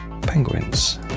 penguins